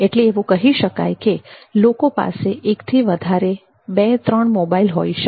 એટલે એવું કહી શકાય કે લોકો પાસે એકથી વધારે જ બે ત્રણ મોબાઈલ હોઈ શકે